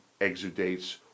exudates